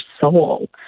soul